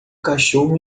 cachorro